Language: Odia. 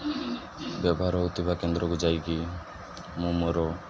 ବ୍ୟବହାର ହଉଥିବା କେନ୍ଦ୍ରକୁ ଯାଇକି ମୁଁ ମୋର